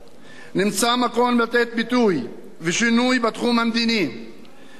נמצא מקום לתת ביטוי ושינוי בתחום המדיני והחברתי,